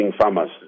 farmers